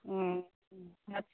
अच्छा